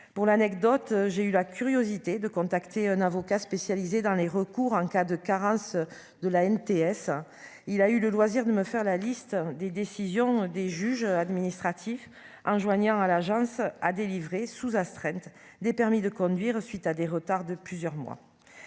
pour l'anecdote, j'ai eu la curiosité de contacter un avocat spécialisé dans les recours en cas de carence de l'ANTS il a eu le loisir de me faire la liste des décisions des juges administratifs enjoignant à l'agence a délivré sous astreinte des permis de conduire, suite à des retards de plusieurs mois